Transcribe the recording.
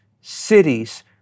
cities